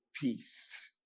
peace